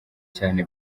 cyane